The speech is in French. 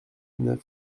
neuf